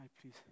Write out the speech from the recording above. please